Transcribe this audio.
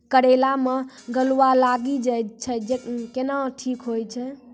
करेला मे गलवा लागी जे छ कैनो ठीक हुई छै?